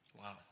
Wow